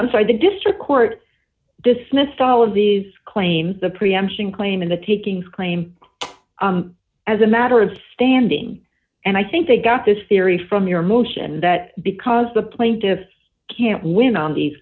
i'm sorry the district court dismissed all of these claims the preemption claim and the takings claim as a matter of standing and i think they got this theory from your motion that because the plaintiffs can't win on these